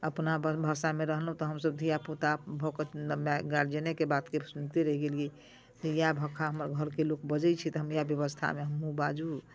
अपना भाषामे रहलहुँ तऽ हमसभ धिया पुता भऽ कऽ माय गार्जियनेके बात सभ सुनिते रहि गेलियै इएह भक्खा हमर घरके लोक बजै छै तऽ इएह व्यवस्थामे हमहूँ बाजू